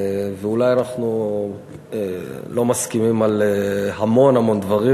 אולי אנחנו לא מסכימים על המון המון דברים,